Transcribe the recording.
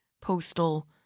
postal